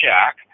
Jack